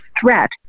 threat